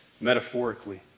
metaphorically